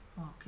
Okay